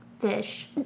fish